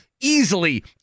easily